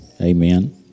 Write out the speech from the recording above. Amen